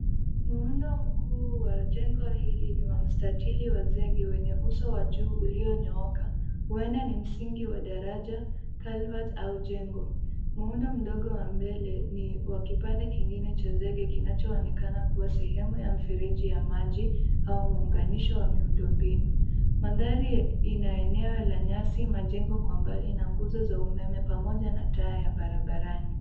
Muundo mkuu wa jengo ni wa mstatili wa zege wenye uso wa juu ulionyooka. Huenda ni msingi wa daraja, (cs)culvert(cs), au jengo. Muundo mdogo wa mbele ni wa kipande kingine cha zege kinachoonekana kuwa sehemu ya mfereji ya maji mto wa maji au muunganisho wa miundombinu. Mandhari inaeneo la nyasi, majengo kwa mbali na nguzo za umeme pamoja na taa ya barabarani.